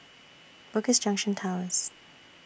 Bugis Junction Towers